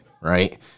right